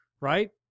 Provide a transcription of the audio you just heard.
right